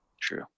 True